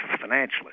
financially